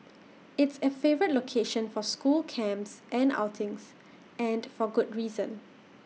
it's A favourite location for school camps and outings and for good reason